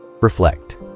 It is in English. Reflect